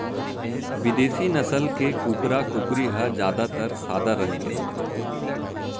बिदेसी नसल के कुकरा, कुकरी ह जादातर सादा रंग के रथे